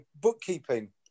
bookkeeping